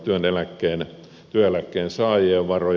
ne ovat työeläkkeensaajien varoja